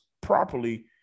properly